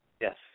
Yes